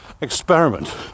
experiment